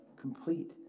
complete